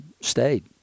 stayed